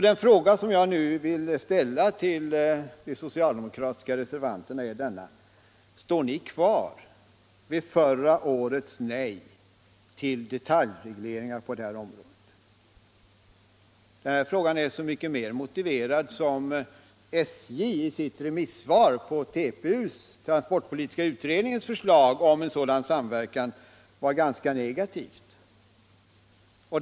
Den fråga som jag vill ställa till de socialdemokratiska reservanterna är denna: Står ni kvar vid förra årets nej till detaljregleringar på detta område? Frågan är så mycket mer motiverad som SJ i sitt remissvar på transportpolitiska utredningens förslag till en sådan samverkan var ganska negativt.